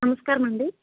నమస్కారమండి